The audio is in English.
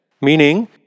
Meaning